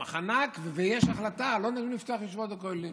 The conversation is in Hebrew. מחנק ויש כבר החלטה: לא נותנים לפתוח ישיבות וכוללים.